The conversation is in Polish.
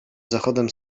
zachodem